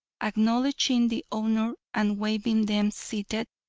acknowledging the honor and waiving them seated,